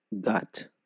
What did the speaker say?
gut